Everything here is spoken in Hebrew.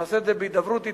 נעשה את זה בהידברות אתם.